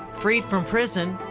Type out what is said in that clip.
freed from prison